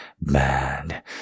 bad